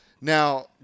Now